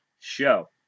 show